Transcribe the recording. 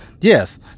yes